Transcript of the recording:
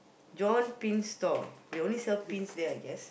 John Pin store they only sell pins there I guess